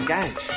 Guys